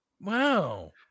Wow